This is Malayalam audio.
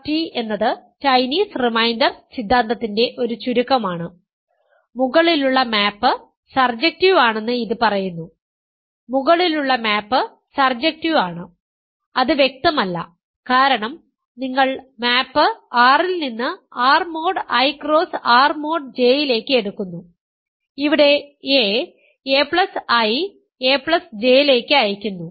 CRT എന്നത് ചൈനീസ് റിമൈൻഡർ സിദ്ധാന്തത്തിന്റെ ഒരു ചുരുക്കമാണ് മുകളിലുള്ള മാപ് സർജക്റ്റീവ് ആണെന്ന് ഇത് പറയുന്നു മുകളിലുള്ള മാപ് സർജക്റ്റീവ് ആണ് അത് വ്യക്തമല്ല കാരണം നിങ്ങൾ മാപ് R ൽ നിന്ന് R mod I cross R mod J ലേക്ക് എടുക്കുന്നു ഇവിടെ a aIaJ ലേക്ക് അയയ്ക്കുന്നു